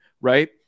Right